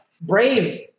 Brave